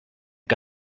que